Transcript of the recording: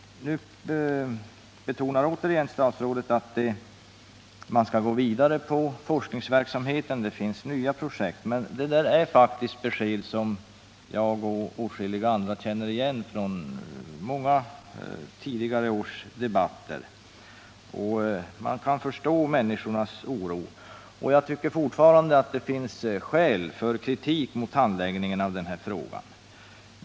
Nu betonar statsrådet återigen att man skall gå vidare inom forskningsverksamheten. Det finns nya projekt. Men detta är faktiskt besked som jag och åtskilliga andra känner igen från många års tidigare debatter. Man kan förstå människornas oro, och jag tycker fortfarande det finns skäl för kritik mot handläggningen av den här frågan.